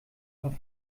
paar